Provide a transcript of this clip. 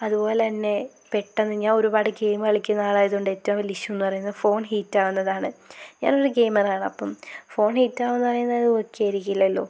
അതുപോല്ലന്നെ പെട്ടന്ന് ഞാൻ ഒരുപാട് ഗെയിം കളിക്കുന്ന ആളായത് കൊണ്ട് ഏറ്റവും വലിയ ഇഷ്യൂന്ന് പറയുന്നത് ഫോൺ ഹീറ്റാകുന്നതാണ് ഞാനൊരു ഗെയിമാറാണ് അപ്പം ഫോൺ ഹീറ്റാവൂന്ന് പറയുന്നത് ഓക്കെ ആയിരിക്കില്ലല്ലോ